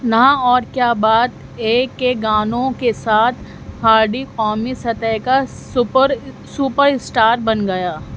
نا اور کیا بات اے کے گانوں کے ساتھ ہارڈی قومی سطح کا سپر سپر اسٹار بن گیا